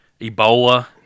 Ebola